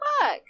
Fuck